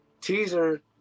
teaser